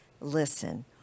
listen